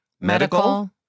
medical